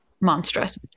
monstrous